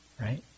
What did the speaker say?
right